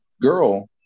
girl